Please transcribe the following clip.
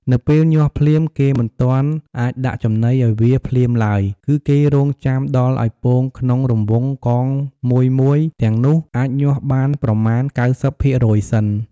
នៅពេលញាស់ភ្លាម គេមិនទាន់អាចដាក់ចំណីឱ្យវាភ្លាមឡើយ គឺគេរង់ចាំដល់ឱ្យពងក្នុងរង្វង់កងមួយៗទាំងនោះ អាចញាស់បានប្រមាណ៩០ភាគរយសិន។